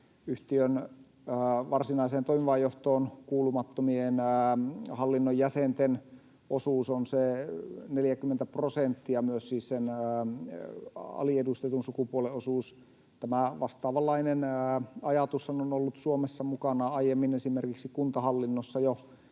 yhtiön varsinaiseen toimivaan johtoon kuulumattomien hallinnon jäsenten osuus on se 40 prosenttia, myös siis sen aliedustetun sukupuolen osuus. Tämä vastaavanlainen ajatushan on ollut Suomessa mukana aiemmin esimerkiksi kuntahallinnossa jo